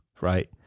Right